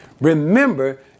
Remember